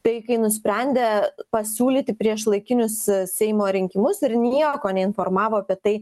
tai kai nusprendė pasiūlyti priešlaikinius seimo rinkimus ir nieko neinformavo apie tai